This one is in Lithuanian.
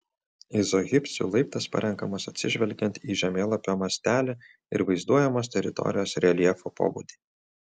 izohipsių laiptas parenkamas atsižvelgiant į žemėlapio mastelį ir vaizduojamos teritorijos reljefo pobūdį